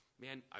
man